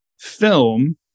film